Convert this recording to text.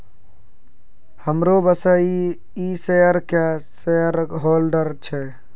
हमरो बॉसे इ शेयर के शेयरहोल्डर छै